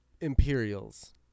Imperials